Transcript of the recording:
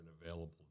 available